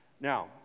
Now